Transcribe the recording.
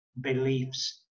beliefs